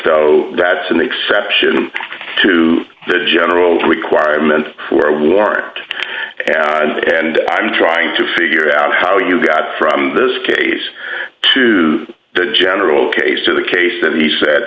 though that's an exception to the general requirement for a warrant and i'm trying to figure out how you got from this case to the general case to the case that he said